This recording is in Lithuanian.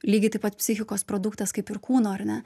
lygiai taip pat psichikos produktas kaip ir kūno ar ne